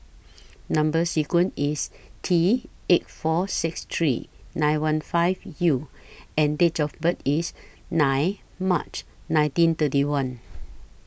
Number sequence IS T eight four six three nine one five U and Date of birth IS nine March nineteen thirty one